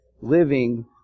living